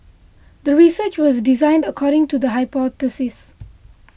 the research was designed according to the hypothesis